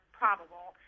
probable